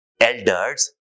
elders